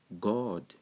God